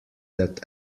that